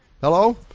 Hello